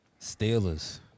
Steelers